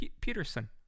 Peterson